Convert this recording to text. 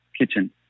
kitchen